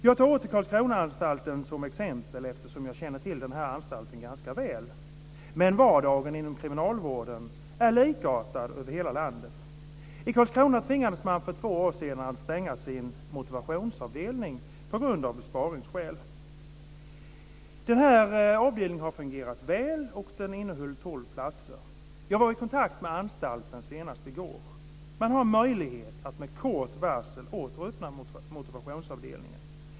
Jag tar åter Karlskronaanstalten som exempel eftersom jag känner till den anstalten ganska väl, men vardagen inom kriminalvården är likartad över hela landet. I Karlskrona tvingades man för två år sedan att stänga sin motivationsavdelning på grund av besparingsskäl. Avdelningen har fungerat väl. Den innehöll tolv platser. Jag var i kontakt med anstalten senast i går. Man har möjlighet att med kort varsel åter öppna motivationsavdelningen.